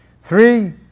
Three